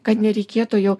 kad nereikėtų jau